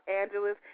Angeles